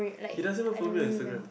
he doesn't even follow me on Instagram